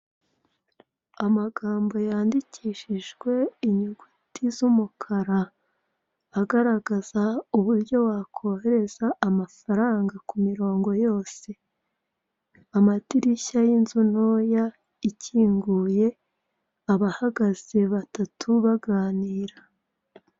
Amagambo yandikishijwe inyuguti z'umukara, agaragaza uburyo wakohereza amafaranga ku mirongo yose. Amadirishya y'inzu ntoya, ikinguye, abahagaze batatu baganira.